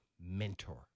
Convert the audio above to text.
Mentor